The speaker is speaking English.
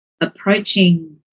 approaching